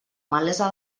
malesa